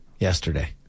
Yesterday